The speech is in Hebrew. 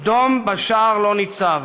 דום בשער לו ניצב.